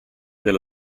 dello